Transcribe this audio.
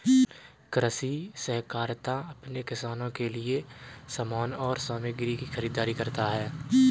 कृषि सहकारिता अपने किसानों के लिए समान और सामग्री की खरीदारी करता है